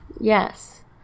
Yes